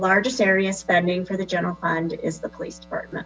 largest area spending for the general fund is the police department